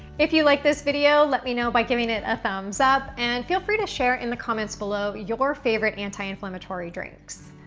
if you like this video, let me know by giving it a thumbs up and feel free to share in the comments below your favorite anti inflammatory drinks.